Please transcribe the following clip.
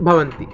भवन्ति